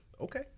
Okay